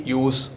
use